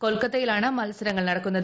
കൊൽക്കത്തയിലാണ് മൽസരങ്ങൾ നടക്കുന്നത്